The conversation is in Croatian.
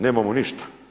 Nemamo ništa.